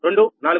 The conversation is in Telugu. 05244